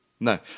No